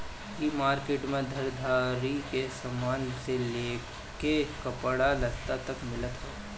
इ मार्किट में घरदारी के सामान से लेके कपड़ा लत्ता तक मिलत हवे